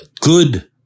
good